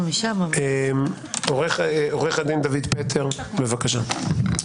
עו"ד דוד פטר, בבקשה.